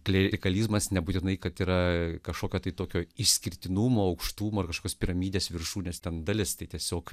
klerikalizmas nebūtinai kad yra kažkokio tokio išskirtinumo aukštų magiškos piramidės viršūnės ten dalis tiesiog